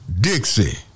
Dixie